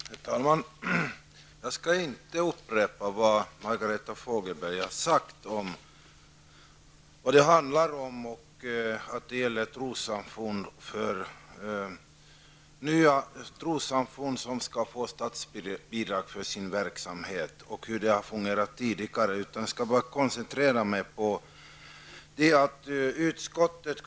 Herr talman! Jag skall inte upprepa vad Margareta Fogelberg har sagt om hur det har fungerat tidigare; det gäller statsbidrag till nya trossamfund för deras verksamhet.